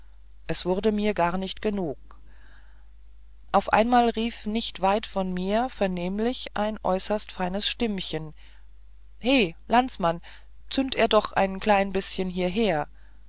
es wurde mir gar nicht genug auf einmal rief nicht weit von mir vernehmlich ein äußerst feines stimmchen he landsmann zünd er doch ein klein bißchen hierher